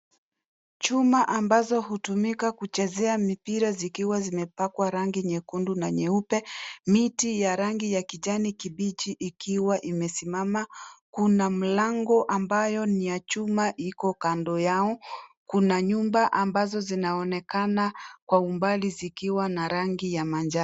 Chuma ambazo hutumika kuchezea mipira zikiwa zimepakwa rangi nyekundu na nyeupe miti ya rangi ya kijani kibichi ikiwa imesimama kuna mlango ambayo ni ya chuma iko kando yao kuna nyumba ambazo zinaonekana kwa umbali zikiwa na rangi ya majani.